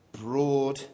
broad